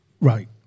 Right